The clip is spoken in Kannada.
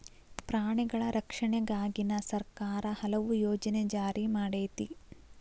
ಪ್ರಾಣಿಗಳ ರಕ್ಷಣೆಗಾಗಿನ ಸರ್ಕಾರಾ ಹಲವು ಯೋಜನೆ ಜಾರಿ ಮಾಡೆತಿ